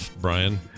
brian